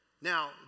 Now